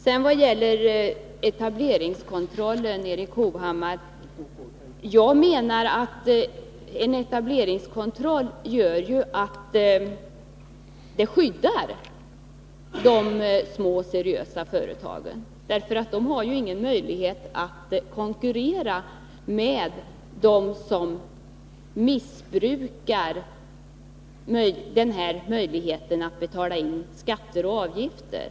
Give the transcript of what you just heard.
Sedan till Erik Hovhammar: Vad gäller etableringskontrollen menar jag att den skyddar de små, seriösa företagen. De har ju ingen möjlighet att konkurrera med företag som missbrukar systemet när det gäller att betala skatter och avgifter.